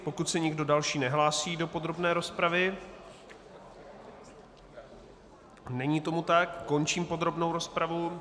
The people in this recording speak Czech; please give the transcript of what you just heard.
Pokud se nikdo další nehlásí do podrobné rozpravy není tomu tak končím podrobnou rozpravu.